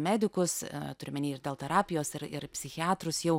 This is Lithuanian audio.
medikus turiu omeny ir dėl terapijos ir ir psichiatrus jau